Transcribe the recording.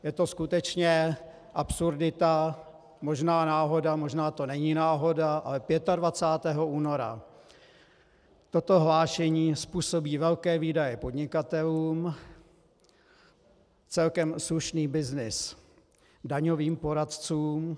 Je to skutečně absurdita, možná náhoda, možná to není náhoda, ale 25. února toto hlášení způsobí velké výdaje podnikatelům, celkem slušný byznys daňovým poradcům.